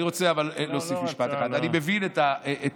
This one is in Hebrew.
לא, הוא לא רצה.